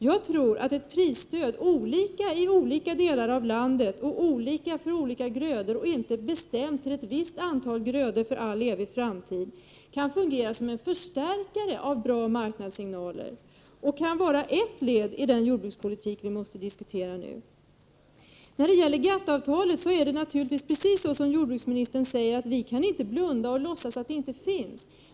Jag tror att ett prisstöd olika i olika delar av landet och olika för olika grödor, inte bestämt för ett visst antal grödor för all evig framtid, kan fungera som en förstärkare av bra marknadssignaler och vara ett led i den jordbrukspolitik som vi måste diskutera fram. När det gäller GATT-avtalet är det naturligtvis precis så som jordbruksministern säger, att vi inte kan blunda och låtsas som att det inte finns.